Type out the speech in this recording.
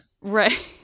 Right